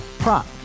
Prop